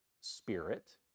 spirit